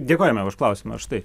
dėkojame už klausimą štai